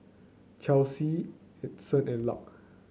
Chelsea Adyson and Lark